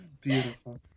Beautiful